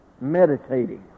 Meditating